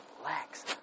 relax